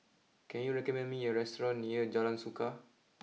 can you recommend me a restaurant near Jalan Suka